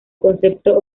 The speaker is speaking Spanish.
concepto